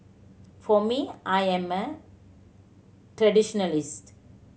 for me I am a traditionalist